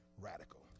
radical